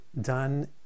done